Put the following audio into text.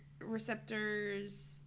receptors